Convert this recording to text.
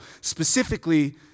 specifically